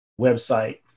website